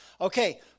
Okay